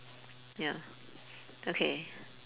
ya okay